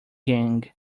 gang